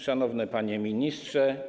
Szanowny Panie Ministrze!